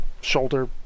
shoulder